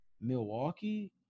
Milwaukee